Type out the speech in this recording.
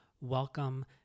welcome